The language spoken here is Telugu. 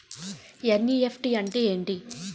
ఎన్.ఈ.ఎఫ్.టి అంటే ఏమిటి?